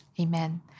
Amen